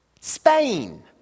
Spain